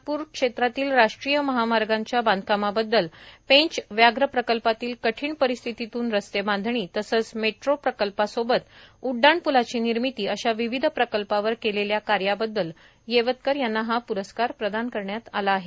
नागप्र क्षेत्रातील राष्ट्रीय महामार्गाच्या बांधकामाबद्दल पेंच व्याघ प्रकल्पातील कठीण परिस्थितीतून रस्तेबांधणी तसेच मेट्रो प्रकल्पासोबत उड्डाणपूलाची निर्मिती अशा विविध प्रकल्पावर केलेल्या कार्याबद्दल येवतकर यांना हा पुरस्कार प्रदान करण्यात आला आहे